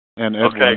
Okay